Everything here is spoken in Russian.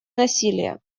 насилие